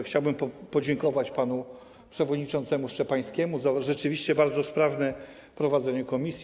Chciałbym podziękować panu przewodniczącemu Szczepańskiemu za rzeczywiście bardzo sprawne prowadzenie komisji.